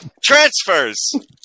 Transfers